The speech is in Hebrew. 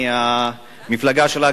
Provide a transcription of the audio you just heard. מהמפלגה שלה,